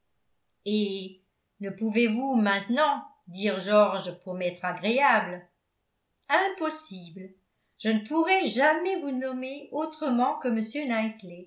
ne pouvez-vous maintenant dire georges pour m'être agréable impossible je ne pourrai jamais vous nommer autrement que